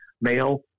male